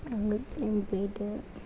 அங்கே கிளம்பி பேய்விட்டு